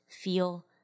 feel